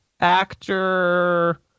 actor